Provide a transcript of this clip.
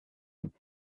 and